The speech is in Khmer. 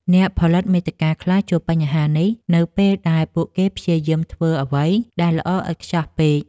អ្នកផលិតមាតិកាខ្លះជួបបញ្ហានេះ នៅពេលដែលពួកគេព្យាយាមធ្វើអ្វីដែលល្អឥតខ្ចោះពេក។